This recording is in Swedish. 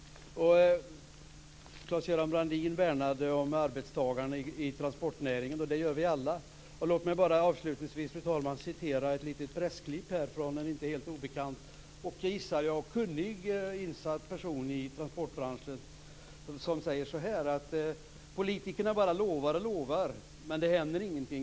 Claes-Göran Brandin värnade om arbetstagarna inom transportnäringen. Det gör vi alla. Låt mig, fru talman avslutningsvis få återge vad som står i ett litet pressklipp från en inte helt obekant och, gissar jag, en kunnig och insatt person inom transportbranschen: Politikerna bara lovar och lovar men det händer ingenting.